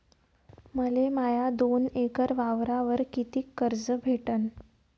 मले माया दोन एकर वावरावर कितीक कर्ज भेटन?